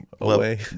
away